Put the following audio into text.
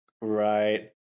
Right